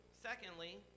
secondly